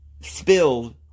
spilled